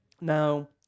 now